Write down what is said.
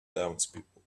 townspeople